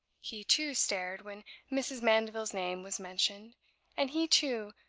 he, too, stared when mrs. mandeville's name was mentioned and he, too,